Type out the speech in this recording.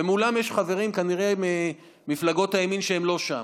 ומולם יש חברים, כנראה ממפלגות הימין, שהם לא שם.